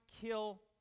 kill